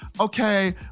okay